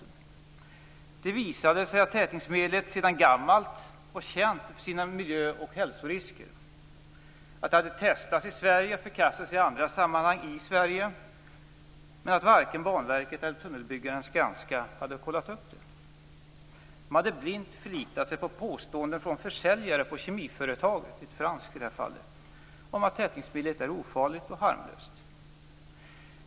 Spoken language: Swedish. Det visade sig att tätningsmedlet sedan gammalt var känt för sina miljö och hälsorisker. Det hade testats och förkastats i andra sammanhang i Sverige, men varken Banverket eller tunnelbyggaren Skanska hade kollat upp det. De hade blint förlitat sig på påståenden från försäljare på kemiföretaget - ett franskt i detta fall - om att tätningsmedlet är ofarligt och harmlöst.